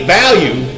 value